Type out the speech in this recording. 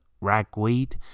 ragweed